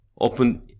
open